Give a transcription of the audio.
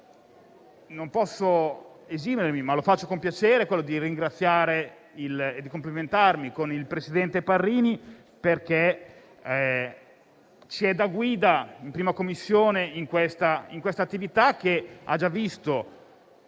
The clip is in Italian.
non posso esimermi - e lo faccio con piacere - dal ringraziare e complimentarmi con il presidente Parrini perché ci è da guida in 1a Commissione in questa attività che ha già visto